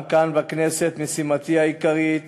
גם כאן, בכנסת, משימתי העיקרית